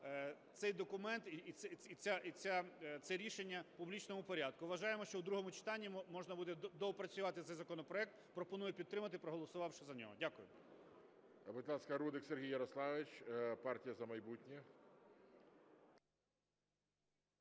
цей документ і це рішення в публічному порядку. Вважаємо, що в другому читанні можна буде доопрацювати цей законопроект. Пропоную підтримати, проголосувавши за нього. Дякую.